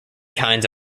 kinds